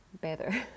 better